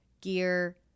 gear